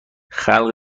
خلق